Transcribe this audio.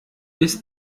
bis